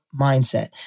mindset